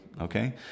okay